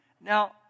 Now